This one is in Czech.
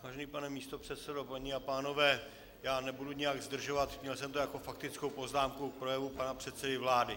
Vážený pane místopředsedo, paní a pánové, nebudu nijak zdržovat, měl jsem to jako faktickou poznámku k projevu pana předsedy vlády.